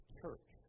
church